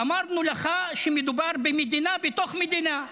ואמרנו לך שמדובר במדינה בתוך מדינה,